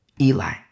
Eli